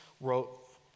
wrote